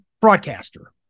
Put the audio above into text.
broadcaster